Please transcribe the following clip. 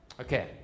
Okay